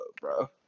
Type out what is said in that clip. bro